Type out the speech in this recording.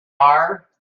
are